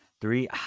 Three